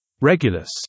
Regulus